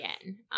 again